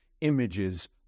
images